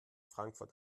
frankfurt